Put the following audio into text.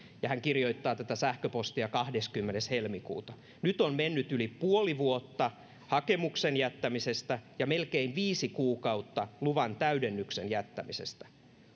ja hän kirjoittaa tätä sähköpostia kahdeskymmenes helmikuuta ja nyt on mennyt yli puoli vuotta hakemuksen jättämisestä ja melkein viisi kuukautta luvan täydennyksen jättämisestä